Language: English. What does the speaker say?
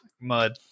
mud